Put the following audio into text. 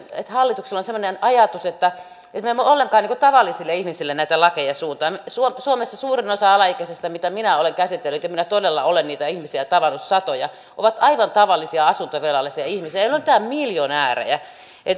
että hallituksella on semmoinen ajatus että me emme ollenkaan tavallisille ihmisille näitä lakeja suuntaa suomessa suurin osa niiden alaikäisten vanhemmista mitä minä olen käsitellyt ja minä todella olen niitä ihmisiä tavannut satoja on aivan tavallisia asuntovelallisia ihmisiä he eivät ole mitään miljonäärejä